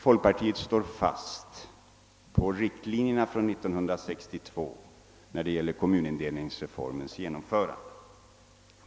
Folkpartiet håller fast vid de riktlinjer som drogs upp 1962 beträffande kommunindelningsreformens genomförande.